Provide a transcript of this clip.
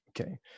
Okay